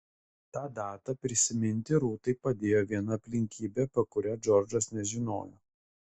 tą datą prisiminti rūtai padėjo viena aplinkybė apie kurią džordžas nežinojo